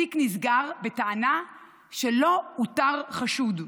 התיק נסגר בטענה שלא אותר חשוד.